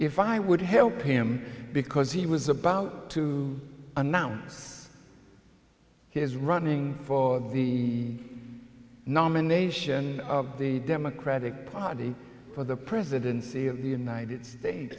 if i would help him because he was about to announce he is running for the nomination of the democratic party for the presidency of the united states